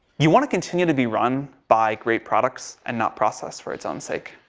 you want to continue to be run by great products and not process for its own sake,